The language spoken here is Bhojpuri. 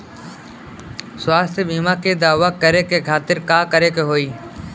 स्वास्थ्य बीमा के दावा करे के खातिर का करे के होई?